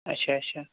اچھا اچھا